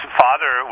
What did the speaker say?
father